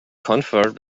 conferred